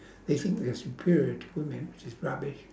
they think they're superior to women which is rubbish